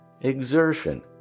exertion